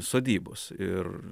sodybos ir